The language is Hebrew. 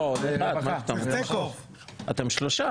אתם שלושה.